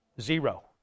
Zero